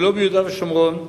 ולא ביהודה ושומרון,